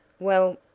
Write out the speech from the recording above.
well,